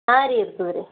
ಹಾಂ ರೀ ಇರ್ತದೆರಿ